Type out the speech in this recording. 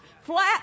flat